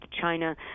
China